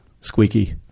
squeaky